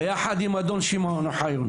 ביחד עם אדון שמעון אוחיון